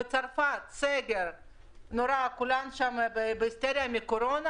בצרפת יש סגר נורא וכולם שם בהיסטריה בגלל הקורונה,